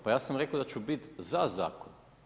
Pa ja sam rekao da ću biti za zakon.